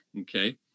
okay